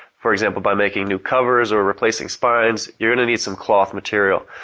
for example by making new covers or replacing spines, you are going to need some cloth material.